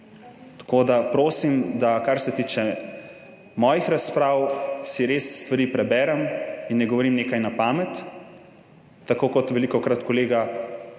Tako da prosim, kar se tiče mojih razprav, si res stvari preberem in ne govorim nekaj na pamet, tako kot velikokrat kolega